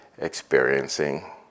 experiencing